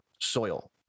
soil